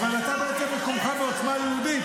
אבל אתה מצאת את מקומך בעוצמה יהודית.